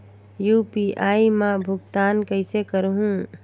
UPI मा भुगतान कइसे करहूं?